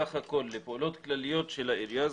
לפעולות כלליות של העירייה,